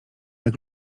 jak